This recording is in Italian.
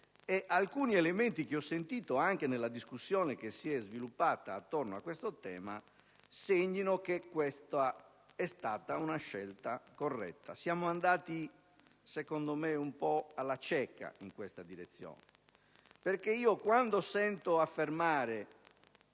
e alcuni elementi emersi nella discussione che si è sviluppata attorno a questo tema, segnino questa come una scelta corretta. Siamo andati, secondo me, un po' alla cieca in questa direzione. Infatti, quando sento affermare